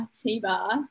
T-Bar